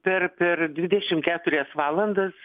per per dvidešimt keturias valandas